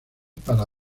para